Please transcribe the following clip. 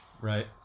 right